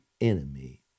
enemy